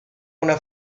una